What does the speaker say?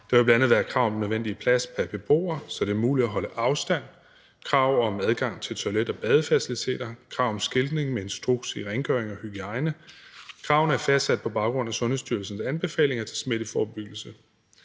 Der vil bl.a. være krav om den nødvendige plads pr. beboer, så det er muligt at holde afstand, krav om adgang til toilet- og badefaciliteter og krav om skiltning med en instruks om rengøring og hygiejne. Kravene er fastsat på baggrund af Sundhedsstyrelsens anbefalinger til smitteforebyggelse.